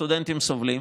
והסטודנטים סובלים.